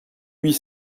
huit